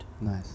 Nice